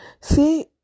See